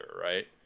right